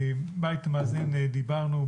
בית מאזן דיברנו.